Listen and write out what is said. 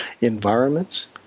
environments